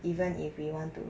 even if we want to